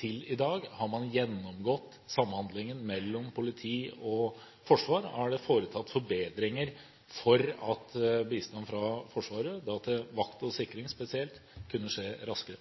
til i dag. Har man gjennomgått samhandlingen mellom politi og forsvar? Er det foretatt forbedringer, slik at bistand fra Forsvaret, til vakt og sikring spesielt, kan skje raskere?